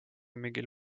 mingil